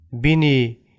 bini